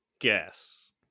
guess